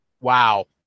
wow